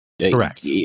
Correct